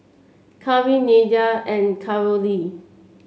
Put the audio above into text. Cari Nedra and Carolee